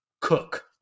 cook